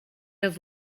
have